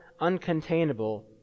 uncontainable